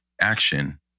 action